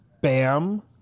bam